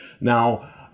Now